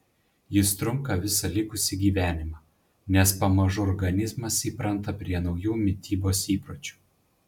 jis trunka visą likusį gyvenimą nes pamažu organizmas įpranta prie naujų mitybos įpročių